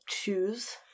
choose